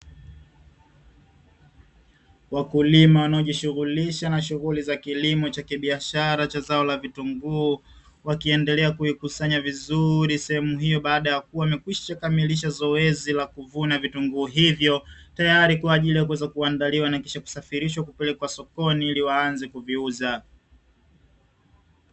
Wakulima wanaojishughulisha na shughuli za kilimo za kibiashara la vitunguu, wakiendelea kuvikusanya vizuri sehemu hiyo baada ya kuwa wamekwisha kamilisha zoezi la kuvuna vitunguu hivyo. Tayari kwa ajili ya kuweza kuandaliwa na kisha kusafirishwa kupelekwa sokoni, ili waanze kuviuza.